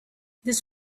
this